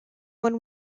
one